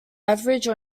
average